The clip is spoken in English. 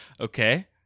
Okay